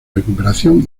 recuperación